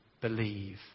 believe